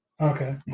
Okay